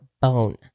bone